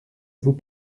vous